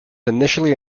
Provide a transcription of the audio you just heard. initially